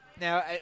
Now